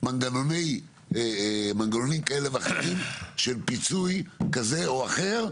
מנגנונים כאלה ואחרים של פיצוי כזה או אחר.